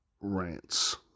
rants